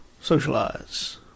socialize